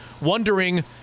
wondering